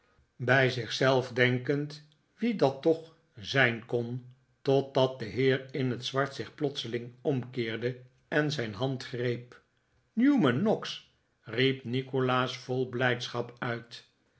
bij zich zelf denkend wie dat toch zijn kon totdat de heer in het zwart zich plotseling omkeerde en zijn hand greep newman noggs riep nikolaas vol blijdschap uit